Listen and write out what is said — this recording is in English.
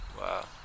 Wow